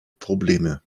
probleme